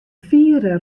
fiere